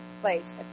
place